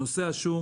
בנושא השום